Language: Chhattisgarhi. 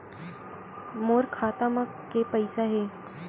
मोर खाता म के पईसा हे?